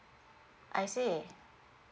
I see